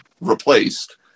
replaced